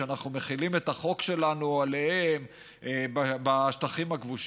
שאנחנו מחילים את החוק שלנו עליהם בשטחים הכבושים.